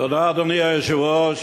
תודה, אדוני היושב-ראש.